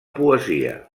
poesia